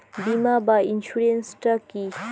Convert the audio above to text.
বিমা বা ইন্সুরেন্স টা কি?